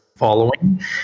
Following